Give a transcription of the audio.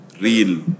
real